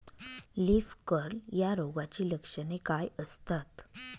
Leaf curl या रोगाची लक्षणे काय असतात?